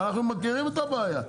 ואנחנו מכירים את הבעיה.